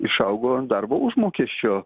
išaugo darbo užmokesčio